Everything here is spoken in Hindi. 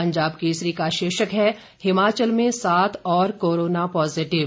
पंजाब केसरी का शीर्षक है हिमाचल में सात और कोरोना पॉजिटिव